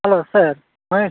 hello sir Mahesh